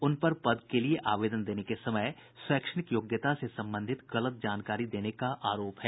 उन पर पद के लिए आवेदन देने के समय शैक्षणिक योग्यता से संबंधित गलत जानकारी देने का आरोप है